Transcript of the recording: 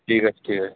ঠিক আছে ঠিক আছে